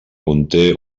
conté